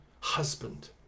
husband